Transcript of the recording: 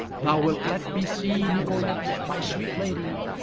thou wilt let me see nicolete my sweet lady,